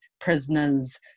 prisoners